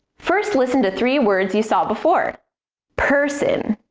first, listen to three words you saw before person